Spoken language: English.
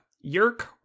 Yerk